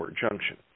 junction